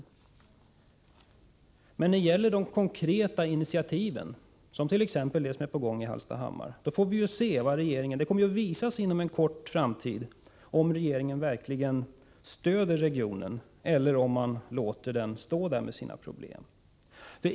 Men när det gäller konkreta initiativ, t.ex. det som är på gång i Hallstahammar, kommer det att visa sig inom en nära framtid om regeringen verkligen stöder regionen eller låter den och dess problem vara.